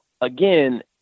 again